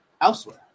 elsewhere